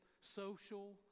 social